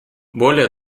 более